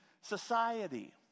society